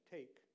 Take